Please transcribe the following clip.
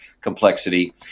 complexity